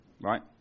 right